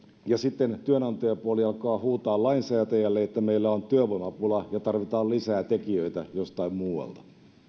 ja sitten työnantajapuoli alkaa huutaa lainsäätäjälle että meillä on työvoimapula ja tarvitaan lisää tekijöitä jostain muualta